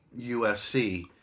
USC